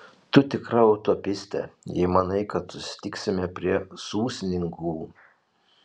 tu tikra utopistė jei manai kad susitiksime prie sūsninkų